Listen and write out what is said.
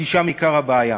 כי שם עיקר הבעיה.